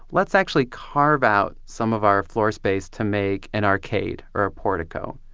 let's actually carve out some of our floor space to make an arcade or a portico.